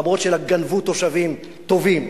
למרות שגנבו תושבים טובים,